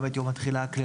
גם את יום התחילה הכללי,